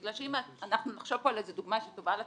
בגלל שאם אנחנו נחשוב פה על איזו דוגמה שהיא טובה לצרכן,